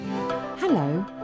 Hello